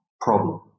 problem